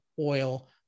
oil